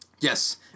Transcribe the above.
Yes